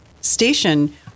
station